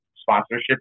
sponsorship